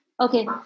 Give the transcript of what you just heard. Okay